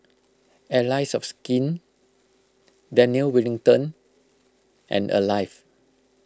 Allies of Skin Daniel Wellington and Alive